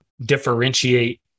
differentiate